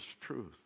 truth